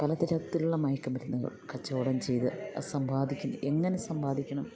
പലതരത്തിലുള്ള മയക്കുമരുന്നുകൾ കച്ചവടം ചെയ്ത് സമ്പാദിക്കുന്നു എങ്ങനെ സമ്പാദിക്കണം